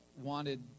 wanted